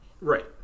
Right